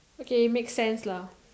okay makes sense lah